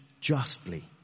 justly